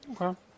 Okay